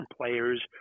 players